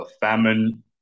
famine